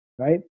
Right